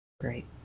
Great